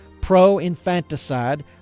pro-infanticide